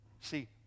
See